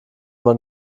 man